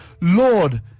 Lord